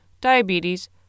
diabetes